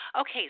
Okay